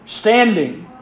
standing